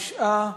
תשעה בעד.